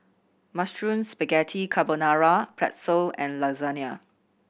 Mushroom Spaghetti Carbonara Pretzel and Lasagna